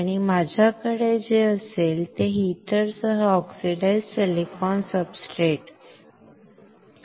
आणि माझ्याकडे जे असेल ते हीटरसह ऑक्सिडाइज्ड सिलिकॉन सब्सट्रेट आहे